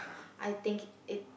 I think it